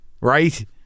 Right